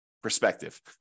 Perspective